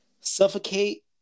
suffocate